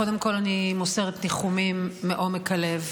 קודם כול אני מוסרת ניחומים מעומק הלב